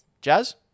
Jazz